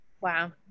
wow